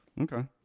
Okay